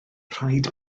rhaid